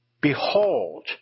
Behold